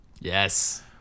Yes